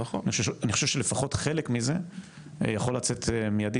אני חושב שלפחות חלק מזה יכול לצאת מיידית.